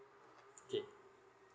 okay